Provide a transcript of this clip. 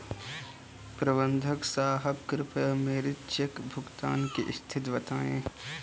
प्रबंधक साहब कृपया मेरे चेक भुगतान की स्थिति बताएं